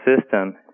system